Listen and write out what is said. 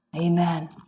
amen